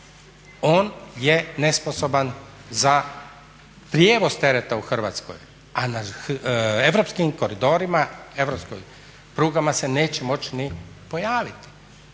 On je nesposoban za prijevoz tereta u Hrvatskoj, a na europskim koridorima, europskim prugama se neće moći ni pojaviti.